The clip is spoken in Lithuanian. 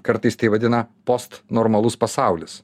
kartais tai vadina post normalus pasaulis